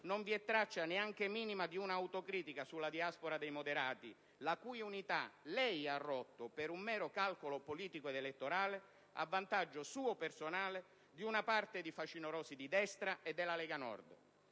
non vi è traccia, neanche minima, di un'autocritica sulla diaspora dei moderati la cui unità lei ha rotto per un mero calcolo politico ed elettorale a vantaggio suo personale, di una parte di facinorosi di destra e della Lega Nord.